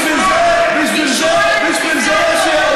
בשביל זה יש